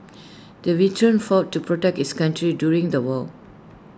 the veteran fought to protect his country during the war